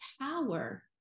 power